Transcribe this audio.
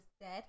dead